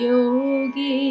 Yogi